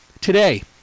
today